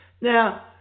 Now